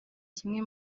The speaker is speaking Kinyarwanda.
kimwe